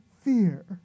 fear